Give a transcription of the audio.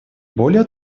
более